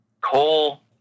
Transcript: coal